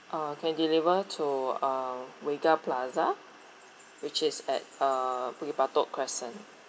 uh can deliver to uh wcega plaza which is at uh Bukit Batok crescent